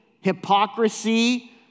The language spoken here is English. hypocrisy